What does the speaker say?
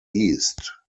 east